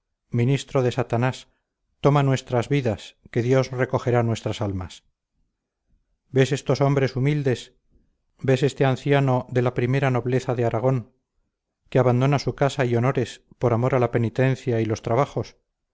ministro de satanás toma nuestras vidas que dios recogerá nuestras almas ves estos hombres humildes ves este anciano de la primera nobleza de aragón que abandona su casa y honores por amor a la penitencia y los trabajos